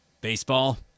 Baseball